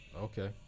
Okay